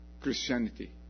Christianity